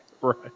Right